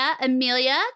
Amelia